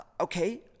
Okay